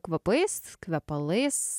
kvapais kvepalais